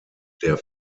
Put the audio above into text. der